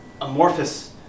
amorphous